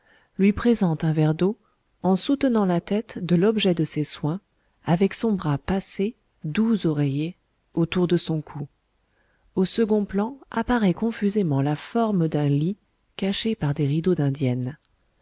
lui présente un verre d'eau en soutenant la tête de l'objet de ses soins avec son bras passé doux oreiller autour de son cou au second plan apparaît confusément la forme d'un lit caché par des rideaux d'indienne